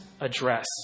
address